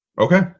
okay